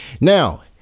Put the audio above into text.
Now